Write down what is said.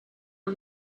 are